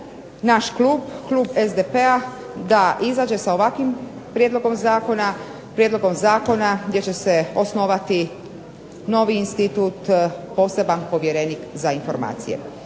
naš klub, klub SDP-a da izađe sa ovakvim prijedlogom zakona, prijedlogom zakona gdje će se osnovati novi institut, poseban povjerenik za informacije.